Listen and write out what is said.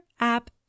app